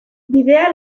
bidea